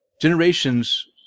generations